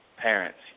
Parents